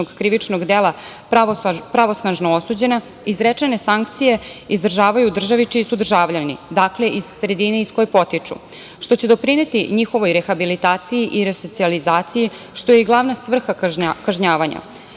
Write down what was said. krivičnog dela pravosnažno osuđena, izrečene sankcije izdržavaju u državi čiji su državljani. Dakle, iz sredine iz koje potiču, što će doprineti njihovoj rehabilitaciji i resocijalizaciji, što je i glavna svrha kažnjavanja. Takođe,